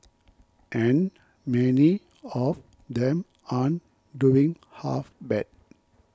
and many of them aren't doing half bad